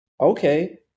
Okay